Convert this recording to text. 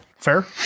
fair